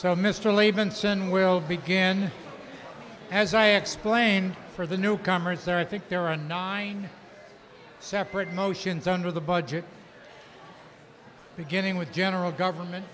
so mr levinson will begin as i explained for the newcomers there i think there are nine separate motions under the budget beginning with general government